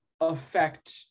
affect